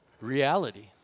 reality